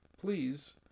please